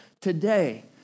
today